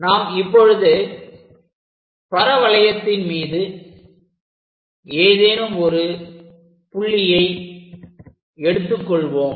நாம் இப்பொழுது பரவளையத்தின் மீது ஏதேனும் ஒரு புள்ளியை எடுத்துக்கொள்வோம்